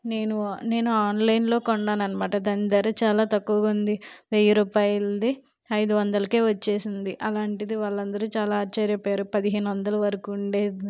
నేను నేను ఆన్లైన్లో కొన్నాననమాట దాని ధర చాలా తక్కువగా ఉంది వెయ్యి రూపాయలది ఐదు వందలకే వచ్చేసింది అలాంటిది వాళ్ళందరూ చాలా ఆశ్చర్యపోయారు పదిహేను వందలు వరకు ఉండే